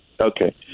Okay